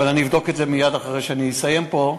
אבל אני אבדוק את זה מייד אחרי שאני אסיים פה,